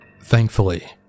Thankfully